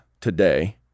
today